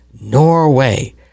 Norway